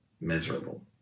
miserable